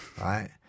right